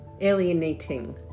alienating